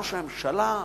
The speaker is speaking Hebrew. ראש הממשלה אומר: